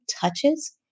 touches